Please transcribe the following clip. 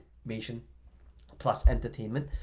information plus entertainment